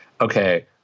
okay